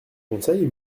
conseil